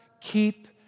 keep